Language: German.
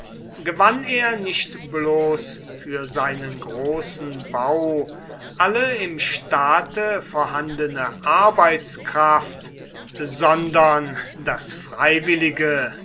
gewann er nicht bloß für seinen großen bau alle im staate vorhandene arbeitskraft sondern das freiwillige